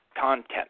content